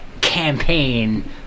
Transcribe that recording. campaign